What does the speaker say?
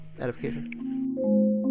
edification